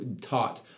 taught